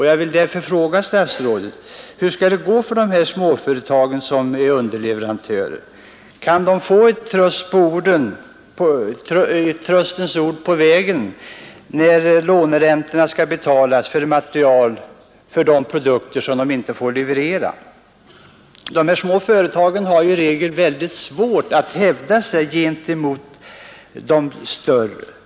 Jag vill därför fråga statsrådet: Hur skall det gå för de här småföretagen som är underleverantörer? Kan de få ett tröstens ord på vägen, när låneräntorna skall betalas på materialet till de produkter som de inte får leverera? De små företagen har i regel väldigt svårt att hävda sig gentemot de större.